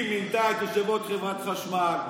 היא מינתה את יושב-ראש חברת חשמל,